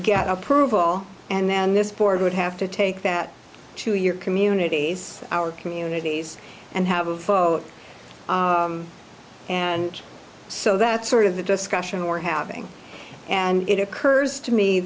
get approval and then this board would have to take that to your communities our communities and have a vote and so that's sort of the discussion we're having and it occurs to me